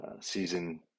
Season